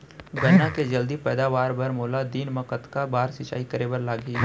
गन्ना के जलदी पैदावार बर, मोला दिन मा कतका बार सिंचाई करे बर लागही?